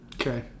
Okay